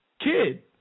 kid